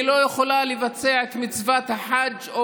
היא לא יכולה לבצע את מצוות החאג' או